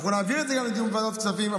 ונעביר את זה גם לאישור ועדת הכספים,